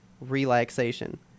relaxation